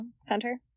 Center